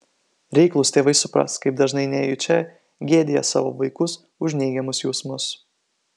reiklūs tėvai supras kaip dažnai nejučia gėdija savo vaikus už neigiamus jausmus